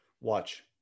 watch